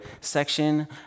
section